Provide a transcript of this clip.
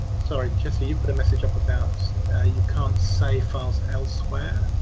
sorry, jessie, you put a mssage up about you can't save files elsewhere.